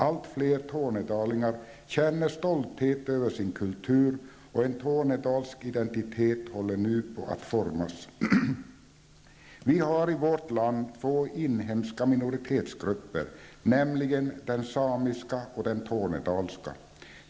Allt fler tornedalingar känner stolthet över sin kultur, och en tornedalsk identitet håller nu på att formas. Vi har i vårt land två inhemska minoritetsgrupper, nämligen den samiska och den tornedalska.